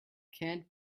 canned